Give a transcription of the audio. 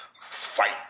fight